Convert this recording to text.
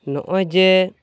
ᱱᱚᱜᱼᱚᱸᱭ ᱡᱮ